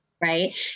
right